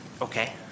Okay